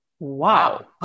wow